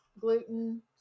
gluten